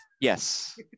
Yes